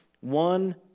one